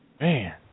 man